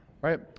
right